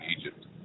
Egypt